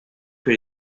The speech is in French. que